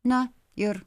na ir